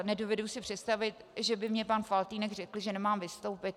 Nedovedu si představit, že by mi pan Faltýnek řekl, že nemám vystoupit.